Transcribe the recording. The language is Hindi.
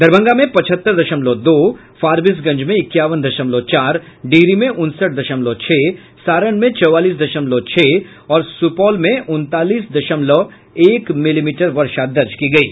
दरभंगा में पचहत्तर दशमलव दो फारबिसगंज में इक्यावन दशमलव चार डिहरी में उनसठ दशमलव छह सारण में चौवालीस दशमलव छह और सुपौल में उनतालीस दशमलव एक मिलीमीटर वर्षा दर्ज की गयी